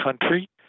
country